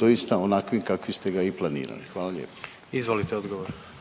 doista onakvim kakvim ste ga i planirali? Hvala lijepo. **Jandroković,